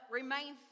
remain